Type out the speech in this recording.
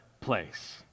place